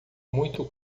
muito